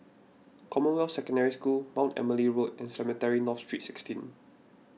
Commonwealth Secondary School Mount Emily Road and Cemetry North Street sixteen